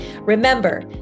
Remember